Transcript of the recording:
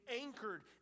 anchored